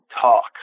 talk